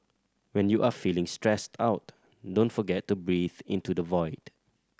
when you are feeling stressed out don't forget to breathe into the void